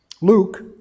Luke